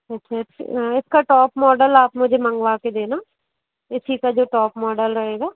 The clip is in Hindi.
अच्छा अच्छा इसका टॉप मॉडल आप मुझे मँगवाके देना इसी का जो टॉप मॉडल रहेगा